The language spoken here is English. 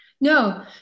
No